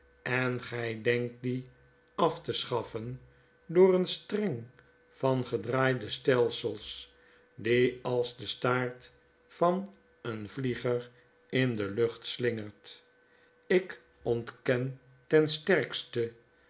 en gij denkt dien af te schaffen door een streng van gedraaide stelsels die als de staart van een vlieger in de lucht slingert ik ontken ten sterkste